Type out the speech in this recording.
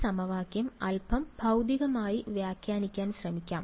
ഈ സമവാക്യം അല്പം ഭൌതികമായി വ്യാഖ്യാനിക്കാൻ ശ്രമിക്കാം